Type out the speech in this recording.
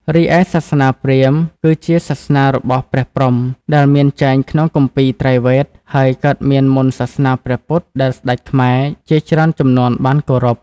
រីឯសាសនាព្រាហ្មណ៍គឺជាសាសនារបស់ព្រះព្រហ្មដែលមានចែងក្នុងគម្ពីត្រៃវេទហើយកើតមានមុនសាសនាព្រះពុទ្ធដែលស្តេចខ្មែរជាច្រើនជំនាន់បានគោរព។